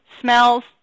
smells